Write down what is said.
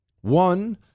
One